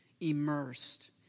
immersed